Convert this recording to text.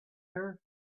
her